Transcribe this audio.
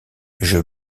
jeu